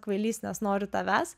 kvailys nes noriu tavęs